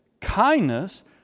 kindness